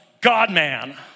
God-man